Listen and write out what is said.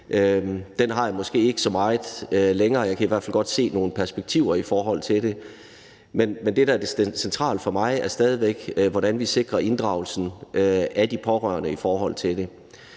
Den har jeg måske ikke så meget længere. Jeg kan i hvert fald godt se nogle perspektiver i det, men det, der er centralt for mig, er stadig væk, hvordan vi sikrer inddragelsen af de pårørende i forhold til det.